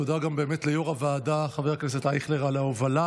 תודה באמת גם ליו"ר הוועדה חבר הכנסת אייכלר על ההובלה.